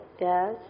Yes